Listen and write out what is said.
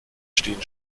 stehen